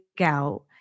out